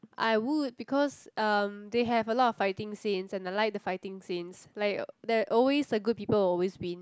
I would because um they have a lot of fighting scenes and I like the fighting scenes like there always the good people will always win